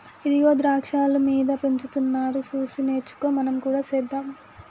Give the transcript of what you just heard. ఇగో ద్రాక్షాలు మీద పెంచుతున్నారు సూసి నేర్చుకో మనం కూడా సెద్దాం